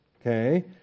okay